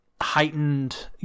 heightened